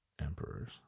emperors